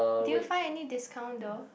did you find any discount though